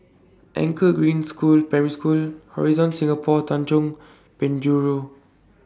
Anchor Green School Primary School Horizon Singapore Tanjong Penjuru